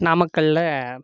நாமக்கல்லில்